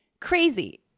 crazy